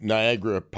Niagara